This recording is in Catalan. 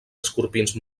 escorpins